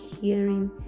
hearing